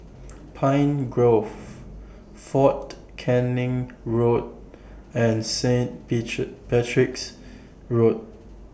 Pine Grove Fort Canning Road and Saint Peach Patrick's Road